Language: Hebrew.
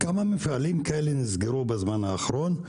כמה מפעלים כאלה נסגרו בזמן האחרון?